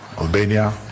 Albania